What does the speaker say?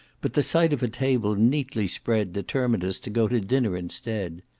but the sight of a table neatly spread determined us to go to dinner instead.